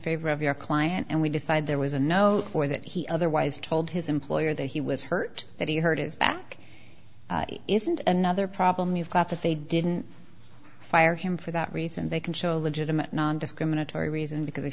favor of your client and we decide there was a no or that he otherwise told his employer that he was hurt that he hurt his back isn't another problem you've got that they didn't fire him for that reason they can show a legitimate nondiscriminatory reason because they